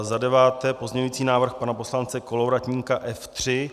Za deváté, pozměňující návrh pana poslance Kolovratníka F3.